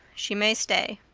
she may stay.